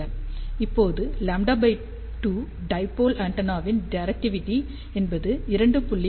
இப்போது λ2 டைபோல் ஆண்டெனாவின் டிரெக்டிவிடி 2